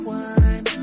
one